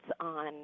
on